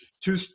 two